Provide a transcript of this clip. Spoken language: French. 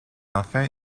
enfin